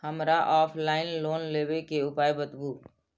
हमरा offline loan लेबे के उपाय बतबु?